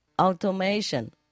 automation